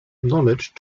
knowledge